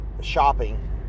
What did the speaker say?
shopping